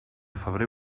febrer